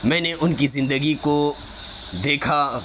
میں نے ان کی زندگی کو دیکھا